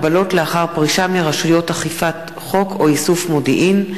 (הגבלות לאחר פרישה מרשויות אכיפת חוק או איסוף מודיעין),